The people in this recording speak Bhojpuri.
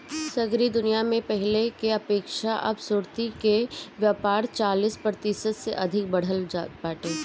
सगरी दुनिया में पहिले के अपेक्षा अब सुर्ती के व्यापार चालीस प्रतिशत से अधिका बढ़ल बाटे